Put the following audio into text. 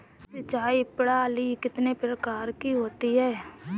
सिंचाई प्रणाली कितने प्रकार की होती है?